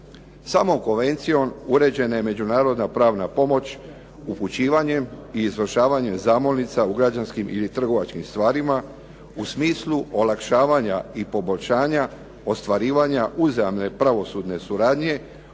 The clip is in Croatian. Samom konvencijom uređena je međunarodna pravna pomoć upućivanjem i izvršavanjem zamolnica u građanskim ili trgovačkim stvarima u smislu olakšavanja i poboljšanja ostvarivanja uzajamne pravosudne suradnje